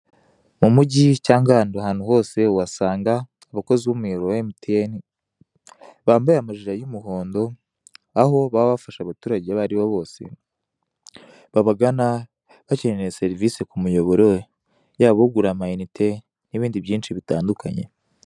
Mu mugi cyangwa ahandi hantu hose uhasanga abakozi b'umuyoboro wa emutiyeni, bambaye amajire y'umuhondo aho baba bafasha abaturage